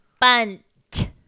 bunt